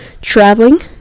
traveling